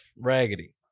raggedy